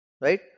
right